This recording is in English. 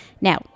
Now